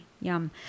yum